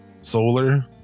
solar